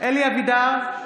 אלי אבידר,